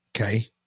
Okay